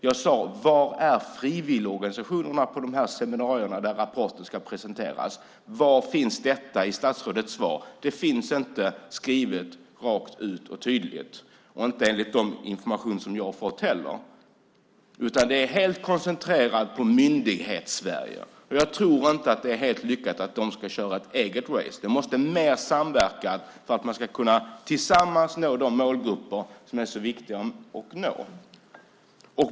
Jag sade: Var är frivilligorganisationerna på de här seminarierna där rapporter ska presenteras? Var finns detta i statsrådets svar? Det finns inte skrivet klart och tydligt, och det är inte så enligt den information jag har fått heller. Det är helt koncentrerat på Myndighets-Sverige, och jag tror inte att det är helt lyckat att man ska köra sitt eget race. Det måste bli mer samverkan för att man tillsammans ska kunna nå de målgrupper som är så viktiga att nå.